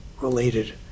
related